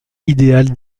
idéal